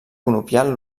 conopial